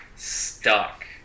stuck